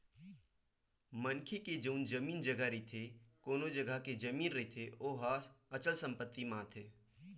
मनखे के जउन जमीन जघा रहिथे खाली कोनो जघा के जमीन रहिथे ओहा अचल संपत्ति म आथे